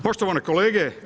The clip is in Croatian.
Poštovane kolege.